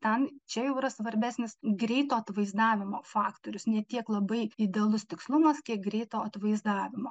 ten čia jau yra svarbesnis greito atvaizdavimo faktorius ne tiek labai idealus tikslumas kiek greito atvaizdavimo